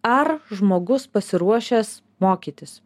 ar žmogus pasiruošęs mokytis